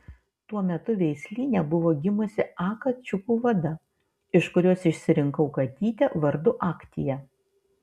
tuo metu veislyne buvo gimusi a kačiukų vada iš kurios išsirinkau katytę vardu aktia